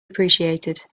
appreciated